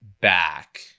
back